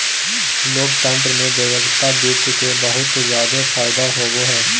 लोकतन्त्र में व्यक्तिगत वित्त के बहुत जादे फायदा होवो हय